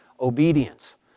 obedience